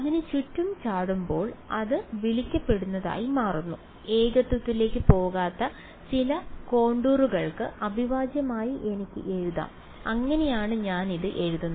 അതിന് ചുറ്റും ചാടുമ്പോൾ അത് വിളിക്കപ്പെടുന്നതായി മാറുന്നു ഏകത്വത്തിലേക്ക് പോകാത്ത ചില കോണ്ടൂരുകൾക്ക് അവിഭാജ്യമായി എനിക്ക് എഴുതാം അങ്ങനെയാണ് ഞാൻ ഇത് എഴുതുന്നത്